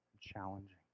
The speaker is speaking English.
challenging